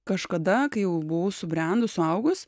kažkada kai jau buvau subrendus suaugus